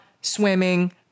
swimming